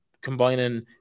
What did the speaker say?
combining